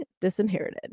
disinherited